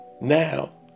Now